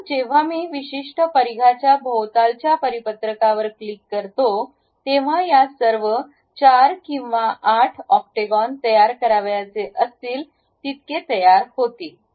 आता जेव्हा मी विशिष्ट परिघाच्या भोवतालच्या परिपत्रकावर क्लिक करतो तेव्हा या सर्व 4 किंवा 8 ऑक्टॅगॉन तयार करावयाचे असतील तितके तयार होतील